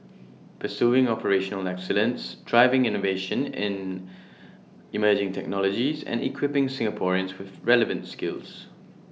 pursuing operational excellence driving innovation in emerging technologies and equipping Singaporeans with relevant skills